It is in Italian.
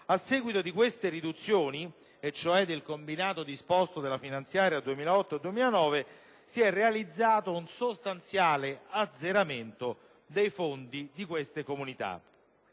A seguito di queste riduzioni, cioè del combinato disposto delle finanziarie 2008 e 2009, si è realizzato un sostanziale azzeramento dei fondi di queste comunità.